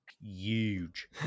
Huge